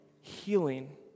healing